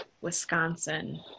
Wisconsin